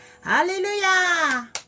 Hallelujah